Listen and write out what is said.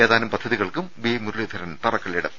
ഏതാനും പദ്ധ തികൾക്കും വി മുരളീധരൻ തറക്കല്പിടും